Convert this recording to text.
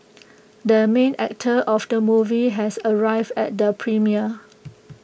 the main actor of the movie has arrived at the premiere